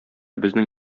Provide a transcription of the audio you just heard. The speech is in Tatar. безнең